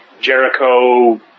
Jericho